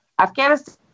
Afghanistan